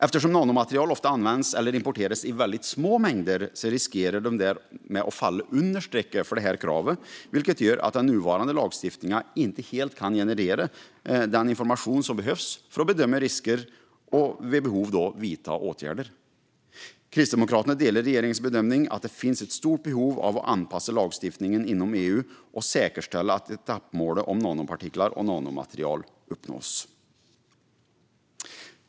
Eftersom nanomaterial ofta används eller importeras i väldigt små mängder riskerar de därmed att falla under strecket för detta krav, vilket gör att den nuvarande lagstiftningen inte helt kan generera den information som behövs för att bedöma risker och vid behov vidta åtgärder. Kristdemokraterna delar regeringens bedömning att det finns ett stort behov av att anpassa lagstiftningen inom EU och säkerställa att etappmålet om nanopartiklar och nanomaterial uppnås.